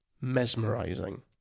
mesmerizing